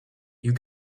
you